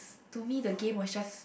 to me the game was just